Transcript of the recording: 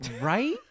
right